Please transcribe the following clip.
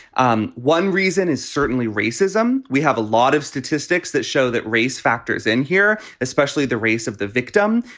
um one reason is certainly racism. we have a lot of statistics that show that race factors in here, especially the race of the victim.